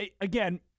Again